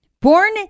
Born